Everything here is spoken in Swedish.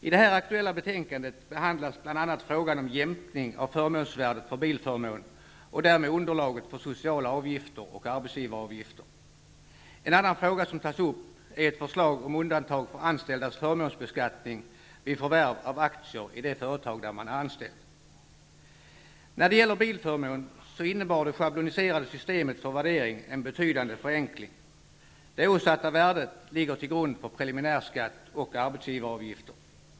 I det här aktuella betänkandet behandlas bl.a. frågan om jämkning av förmånsvärdet för bilförmån och därmed underlaget för sociala avgifter och arbetsgivaravgifter. En annan fråga som tas upp är ett förslag om undantag för anställdas förmånsbeskattning vid förvärv av aktier i det företag där de är anställda. När det gäller bilförmån innebar det schabloniserade systemet för värdering en betydande förenkling. Det åsatta värdet ligger till grund för preliminärskatt och arbetsgivaravgifter.